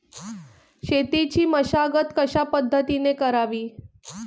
शेतीची मशागत कशापद्धतीने करावी?